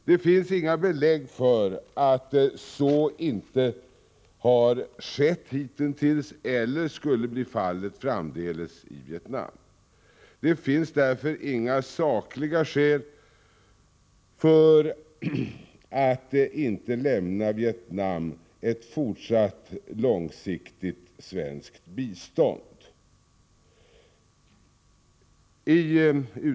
Det finns inga belägg för att så inte har skett hitintills eller skulle bli fallet framdeles i Vietnam. Det finns därför inte några sakliga skäl för att inte lämna Vietnam ett fortsatt långsiktigt svenskt bistånd.